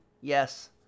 Yes